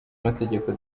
amategeko